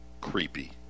creepy